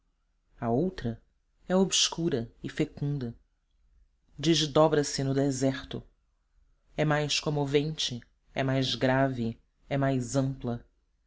a outra é obscura e fecunda desdobra se no deserto é mais comovente é mais grave é mais ampla